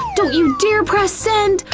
don't you dare press send!